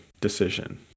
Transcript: decision